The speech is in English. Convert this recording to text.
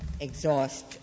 exhaust